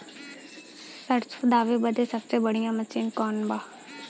सरसों दावे बदे सबसे बढ़ियां मसिन कवन बा?